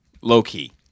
low-key